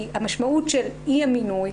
המשמעות של אי המינוי,